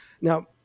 Now